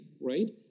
right